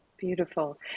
Beautiful